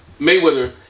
Mayweather